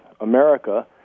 America